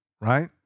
right